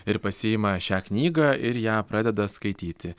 ir pasiima šią knygą ir ją pradeda skaityti